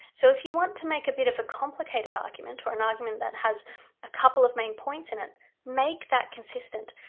so if you want to make a bit of a complicated argument or an argument that has a couple of main points in it make that consistent.